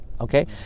okay